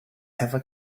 ever